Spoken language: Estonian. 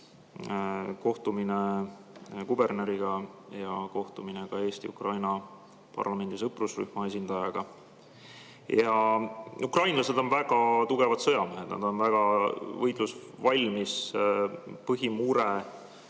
kohtumine kuberneriga ja kohtumine ka Eesti‑Ukraina parlamendi sõprusrühma esindajaga. Ukrainlased on väga tugevad sõjamehed, nad on väga võitlusvalmid. Põhimure,